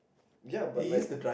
ya but like